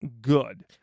good